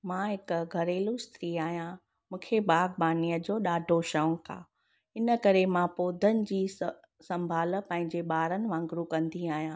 मां हिकु घरेलू स्त्री आहियां मूंखे बागबानीअ जो ॾाढो शौक़ु आहे इन करे मां पौधनि जी संभाल पंहिंजे ॿारनि वांग़ुरु कंदी आहियां